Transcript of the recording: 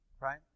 right